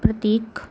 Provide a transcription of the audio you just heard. प्रतीक